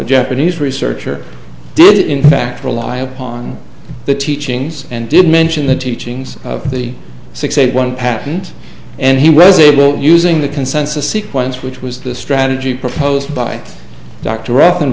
japanese researcher did in fact rely upon the teachings and did mention the teachings of the six eight one patent and he was able using the consensus sequence which was the strategy proposed by d